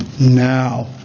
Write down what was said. now